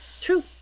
True